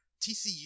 TCU